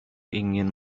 ingin